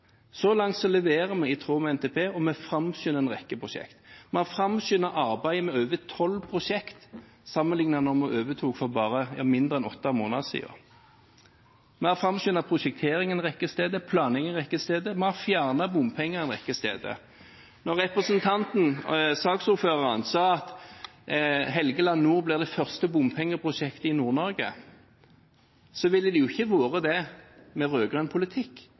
Så langt leverer vi i tråd med NTP, og vi framskynder en rekke prosjekter. Vi har framskyndet arbeidet med over tolv prosjekter sammenlignet med da vi overtok for mindre enn åtte måneder siden. Vi har framskyndet prosjektering en rekke steder, planlegging en rekke steder, og vi har fjernet bompenger en rekke steder. Når saksordføreren sa at Helgeland nord blir det første bompengeprosjektet i Nord-Norge, ville det jo ikke vært det med rød-grønn politikk.